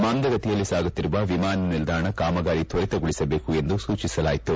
ಮಂದಗತಿಯಲ್ಲಿ ಸಾಗುತ್ತಿರುವ ವಿಮಾನ ನಿಲ್ದಾಣ ಕಾಮಾಗಾರಿ ತ್ವರಿತಗೊಳಿಸಬೇಕು ಎಂದು ಸೂಚಿಸಲಾಯಿತು